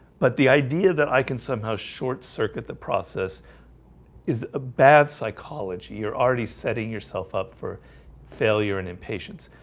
but the idea that i can somehow short-circuit the process is a bad psychology, you're already setting yourself up for failure and impatience.